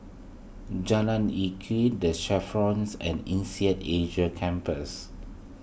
Jalan Lye Kwee the Chevrons and Indead Asia Campus